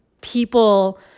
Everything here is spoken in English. people